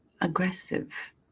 aggressive